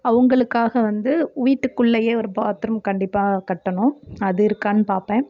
அவங்களுக்காக வந்து வீட்டுக்குள்ளேயே ஒரு பாத்ரூம் கண்டிப்பாக கட்டணும் அது இருக்கான்னு பார்ப்பேன்